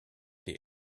die